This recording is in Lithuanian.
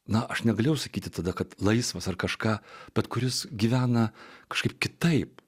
na aš negalėjau sakyti tada kad laisvas ar kažką bet kuris gyvena kažkaip kitaip